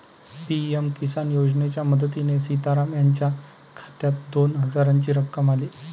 PM Kisan योजनेच्या मदतीने सीताराम यांच्या खात्यात दोन हजारांची रक्कम आली